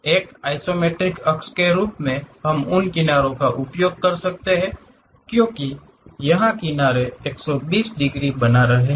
एक आइसोमेट्रिक अक्ष के रूप में हम उन किनारों का उपयोग कर सकता है क्योंकि यहां किनारे 120 डिग्री बना रहे हैं